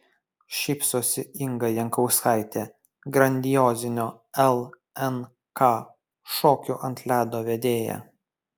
šypsosi inga jankauskaitė grandiozinio lnk šokių ant ledo vedėja